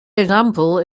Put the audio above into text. example